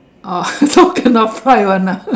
oh how come cannot fly [one] ah